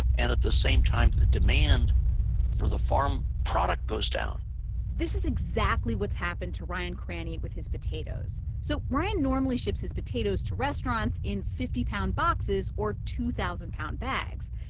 and at the same time, the demand for the farm product goes down this is exactly what's happened to ryan cranney with his potatoes. so ryan normally ships his potatoes to restaurants in fifty pound boxes or two thousand pound bags.